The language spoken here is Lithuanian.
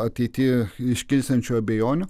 ateity iškilsiančių abejonių